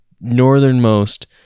northernmost